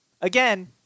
again